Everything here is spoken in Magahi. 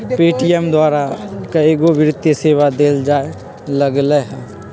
पे.टी.एम द्वारा कएगो वित्तीय सेवा देल जाय लगलई ह